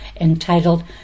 entitled